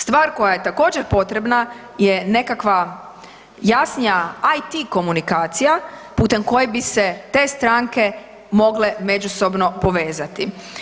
Stvar koja je također potrebna je nekakva jasnija IT komunikacija putem koje bi se te stranke mogle međusobno povezati.